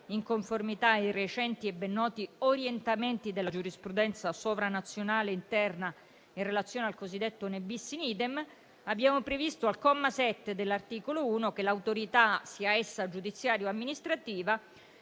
in conformità ai recenti e ben noti orientamenti della giurisprudenza sovranazionale interna in relazione al cosiddetto *ne bis in idem*, al comma 7 dell'articolo 1 abbiamo previsto che l'autorità, sia essa giudiziaria o amministrativa,